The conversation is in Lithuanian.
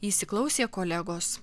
įsiklausė kolegos